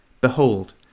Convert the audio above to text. Behold